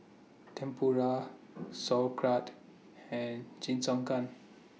Tempura Sauerkraut and Jingisukan